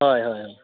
हय हय